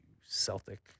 Celtic